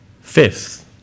Fifth